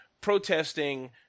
protesting